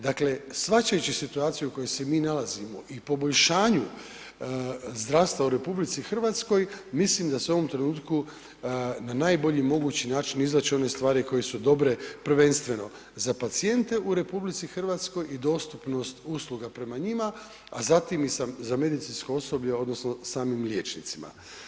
Dakle shvaćajući situaciju u kojoj se mi nalazimo i poboljšanju zdravstva u RH mislim da se u ovome trenutku na najbolji mogući način izvlače one ostvari koje su dobre prvenstveno za pacijente u RH i dostupnost usluga prema njima a zatim i za medicinsko osoblje, odnosno samim liječnicima.